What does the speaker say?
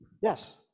Yes